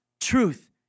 truth